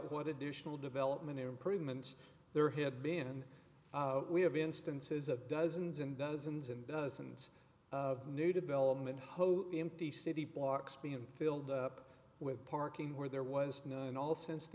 what additional development improvements there had been we have instances of dozens and dozens and dozens of new development whole empty city blocks being filled up with parking where there was no in all since the